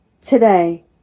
Today